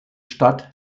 stadt